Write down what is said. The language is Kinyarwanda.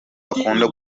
akunda